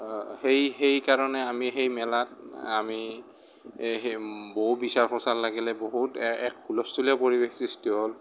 সেই সেই কাৰণে আমি সেই মেলাত আমি সেই বহু বিচাৰ খোচাৰ লাগিলে বহুত এক হুলস্থূলীয়া পৰিৱেশ সৃষ্টি হ'ল